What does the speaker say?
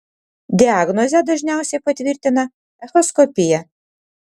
diagnozę dažniausiai patvirtina echoskopija